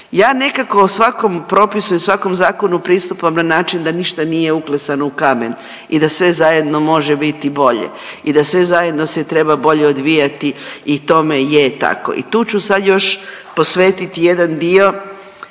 Ja nekako svakom propisu i svakom zakonu pristupam na način da ništa nije uklesano u kamen i da sve zajedno može biti bolje i da sve zajedno se treba i bolje odvijati i tome je tako. I tu ću sad još posvetiti jedan dio,